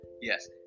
yes